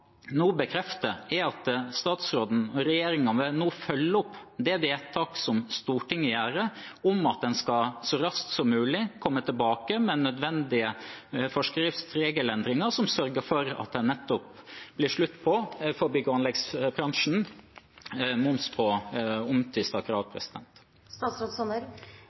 er at statsråden og regjeringen vil følge opp det vedtak som Stortinget gjør om at en så raskt som mulig skal komme tilbake med nødvendige forskriftsregelendringer som sørger for at det blir slutt på moms på omtvistede krav for bygg- og anleggsbransjen.